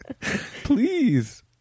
please